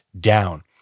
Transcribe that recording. down